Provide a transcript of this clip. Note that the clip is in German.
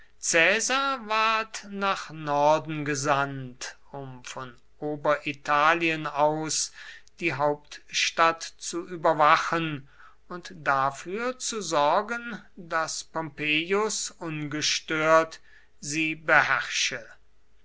ward nach norden gesandt um von oberitalien aus die hauptstadt zu überwachen und dafür zu sorgen daß pompeius ungestört sie beherrsche